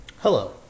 Hello